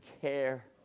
care